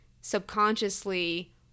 subconsciously